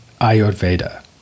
Ayurveda